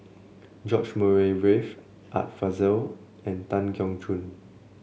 George Murray Reith Art Fazil and Tan Keong Choon